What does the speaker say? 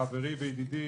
חברי וידידי,